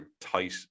tight